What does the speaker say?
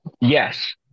yes